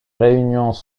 réunions